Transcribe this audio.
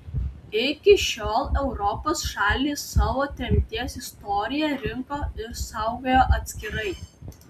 iki šiol europos šalys savo tremties istoriją rinko ir saugojo atskirai